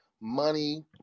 money